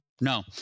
No